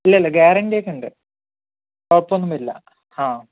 ഇല്ല ഇല്ല ഗ്യാരണ്ടി ഒക്കെയുണ്ട് കുഴപ്പമൊന്നും വരില്ല ആ